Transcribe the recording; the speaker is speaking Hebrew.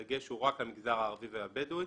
הדגש הוא רק על המגזר הערבי והבדואי